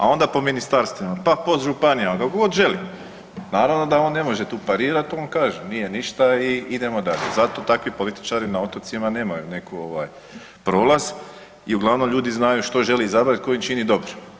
A onda po ministarstvima, pa po županijama, kako god želi, naravno da on ne može tu parirat, on kaže nije ništa i idemo dalje zato takvi političari na otocima nemaju neku ovaj prolaz i uglavnom ljudi znaju što žele izabrat i tko im čini dobro.